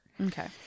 Okay